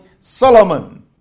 Solomon